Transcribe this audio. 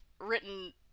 written